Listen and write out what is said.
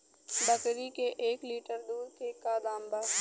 बकरी के एक लीटर दूध के का दाम बा?